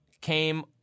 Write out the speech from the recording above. came